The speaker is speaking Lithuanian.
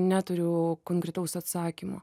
neturiu konkretaus atsakymo